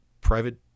private